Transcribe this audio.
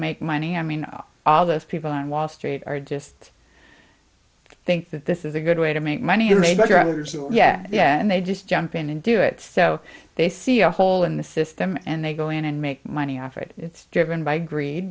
make money i mean all those people on wall street are just i think that this is a good way to make money to make sure others yeah yeah and they just jump in and do it so they see a hole in the system and they go in and make money off it it's driven by greed